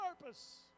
purpose